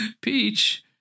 peach